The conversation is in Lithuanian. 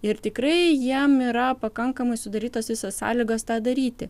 ir tikrai jiem yra pakankamai sudarytos visos sąlygos tą daryti